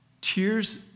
Tears